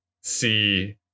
see